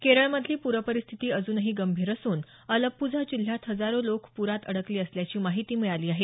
केरळमधली पूरपरिस्थिती अजूनही गंभीर असून अलप्पुझा जिल्ह्यात हजारो लोकं पुरात अडकली असल्याची माहिती मिळाली आहे